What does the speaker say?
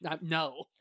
No